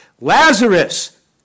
Lazarus